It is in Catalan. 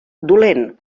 dolent